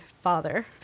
father